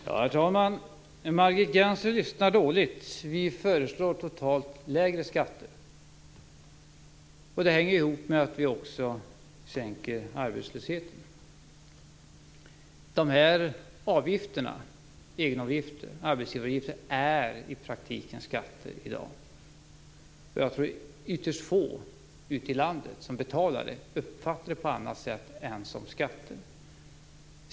Herr talman! Margit Gennser lyssnar dåligt. Vi föreslår totalt lägre skatter. Det hänger ihop med att vi också sänker arbetslösheten. Arbetsgivaragifterna är i dag i praktiken skatter. Jag tror att ytterst få i landet som betalar dem uppfattar det på annat sätt än som skatter.